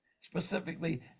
specifically